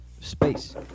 space